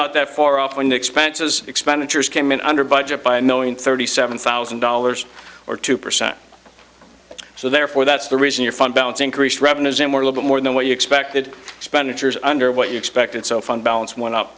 not that far off when expenses expenditures came in under budget by knowing thirty seven thousand dollars or two percent so therefore that's the reason your fund balance increased revenues and more little more than what you expected expenditures under what you expected so fun balance went up